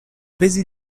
busy